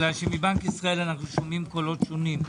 מבנק ישראל אנחנו שומעים קולות שונים.